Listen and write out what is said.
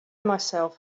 myself